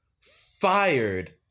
fired